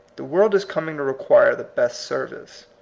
the world is coming to require the best service.